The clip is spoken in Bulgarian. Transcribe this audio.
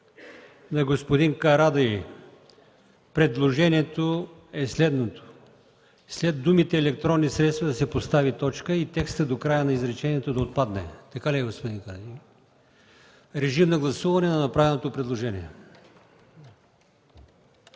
на господин Карадайъ. Предложението е следното: след думите „електронни средства” да се постави точка и текстът до края на изречението да отпадне. Така ли е господин Карадайъ? (Реплика от народния представител